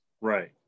right